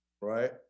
right